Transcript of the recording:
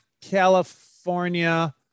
California